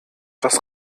das